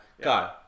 Go